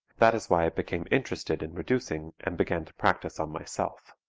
that is why i became interested in reducing and began to practice on myself.